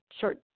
short